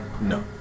No